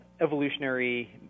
evolutionary